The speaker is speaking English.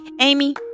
Amy